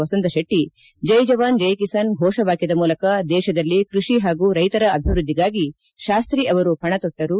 ವಸಂತ್ ಶೆಟ್ಟಿ ಜೈ ಜವಾನ್ ಜೈ ಕಿಸಾನ್ ಫೋಷವಾಕ್ಯದ ಮೂಲಕ ದೇಶದಲ್ಲಿ ಕೃಷಿ ಹಾಗೂ ರೈತರ ಅಭಿವೃದ್ದಿಗಾಗಿ ಶಾಸ್ತಿ ಅವರು ಪಣತೊಟ್ಟರು